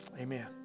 Amen